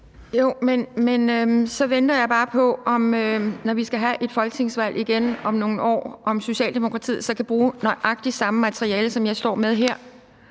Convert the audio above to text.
Jo, men så venter jeg bare på, om Socialdemokratiet, når vi skal have et folketingsvalg igen om nogle år, så kan bruge nøjagtig samme materiale, som jeg står med her.